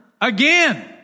again